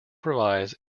provides